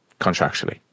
contractually